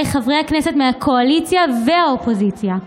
חברי הכנסת מהקואליציה והאופוזיציה.